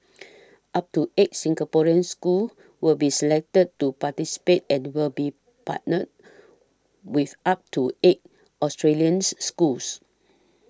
up to eight Singaporean schools will be selected to participate and will be partnered with up to eight Australians schools